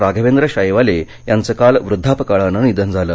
राघवेंद्र शाईवाले याचं काल वृद्दापकाळानं निधन झालं